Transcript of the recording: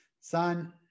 son